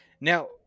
now